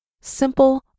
simple